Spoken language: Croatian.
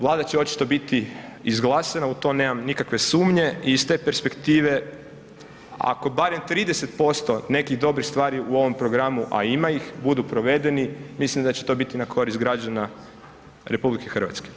Vlada će očito biti izglasana, u to nemam nikakve sumnje i iz te perspektive ako barem 30% nekih dobrih stvari u ovom programu, a ima ih, budu provedeni mislim da će to biti na korist građana RH.